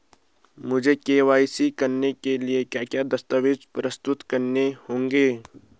मुझे के.वाई.सी कराने के लिए क्या क्या दस्तावेज़ प्रस्तुत करने होंगे?